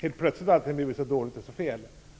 Helt plötsligt har allt blivit så dåligt och så fel.